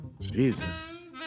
Jesus